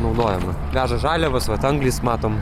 naudojama veža žaliavas vat anglys matom